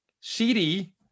cd